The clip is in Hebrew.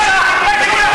סליחה, סליחה, מה זה?